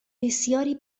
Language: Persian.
بسیاری